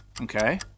Okay